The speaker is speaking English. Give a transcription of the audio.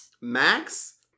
max